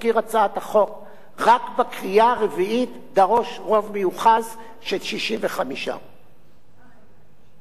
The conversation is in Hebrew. רק בקריאה הרביעית דרוש רוב מיוחד של 65. צריך להבין,